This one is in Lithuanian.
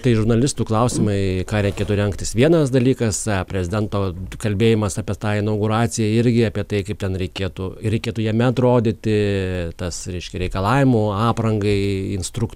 tai žurnalistų klausimai ką reikėtų rengtis vienas dalykas prezidento kalbėjimas apie tą inauguraciją irgi apie tai kaip ten reikėtų reikėtų jame atrodyti tas reiškia reikalavimų aprangai instruk